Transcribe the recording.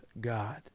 God